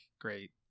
great